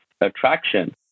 attraction